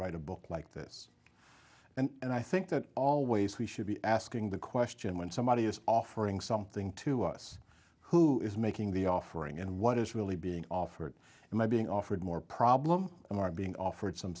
write a book like this and i think that always we should be asking the question when somebody is offering something to us who is making the offering and what is really being offered and my being offered more problem and are being offered some